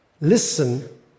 Listen